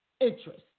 interest